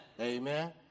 Amen